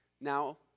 now